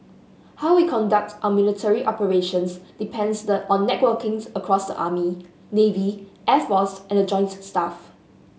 how we conduct our military operations depends the on networking across the army navy air force and the joint staff